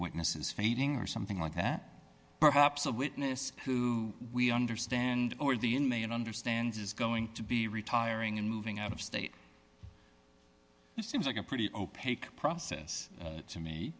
witnesses fading or something like that perhaps a witness who we understand or the inmate understands is going to be retiring and moving out of state it seems like a pretty opaque process to me